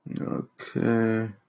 Okay